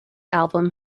album